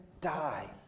die